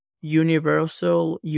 universal